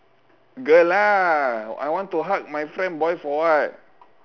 girl lah I want to hug my friend boy for what